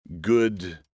good